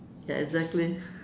ya exactly